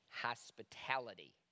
Hospitality